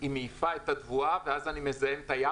היא מעיפה את התבואה ואז אני מזהם את הים